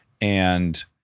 And-